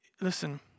listen